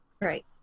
Right